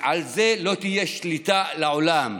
על זה לא תהיה שליטה לעולם.